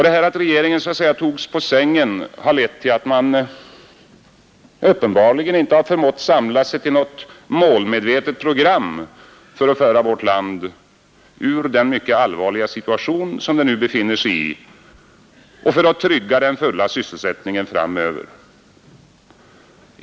Detta att regeringen så att säga togs på sängen har lett till att man uppenbarligen inte förmått samla sig kring något målmedvetet program för att föra vårt land ur den mycket allvarliga situation som det nu befinner sig i och för att trygga den fulla sysselsättningen framöver.